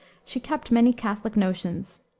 she kept many catholic notions,